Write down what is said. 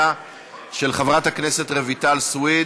לפרוטוקול נוסיף את חברת הכנסת בירן וחברת הכנסת אורלי לוי,